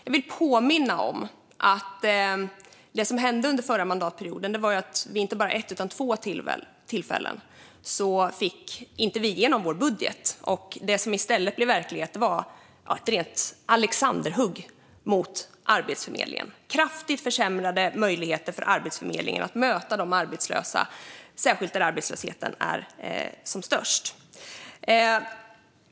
Jag vill påminna om att det som hände under förra mandatperioden var att vi, inte bara vid ett tillfälle utan vid två tillfällen, inte fick igenom vår budget. Det som i stället blev verklighet var ett rent alexanderhugg mot Arbetsförmedlingen. Det blev kraftigt försämrade möjligheter för Arbetsförmedlingen att möta de arbetslösa, särskilt där arbetslösheten är som störst.